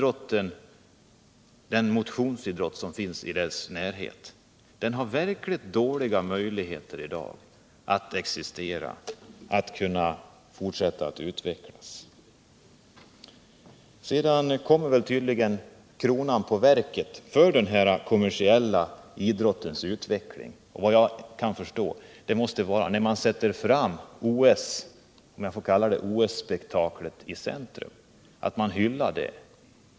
Också den breddidrott som finns har i dag verkligt dåliga utsikter att kunna existera och fortsätta att utvecklas. Sedan kommer kronan på verket för den kommersiella idrottens utveckling. Enligt vad jag kan förstå måste det vara när man sätter OS-spektaklet — om jag får kalla det så — i centrum och framför sin hyllning.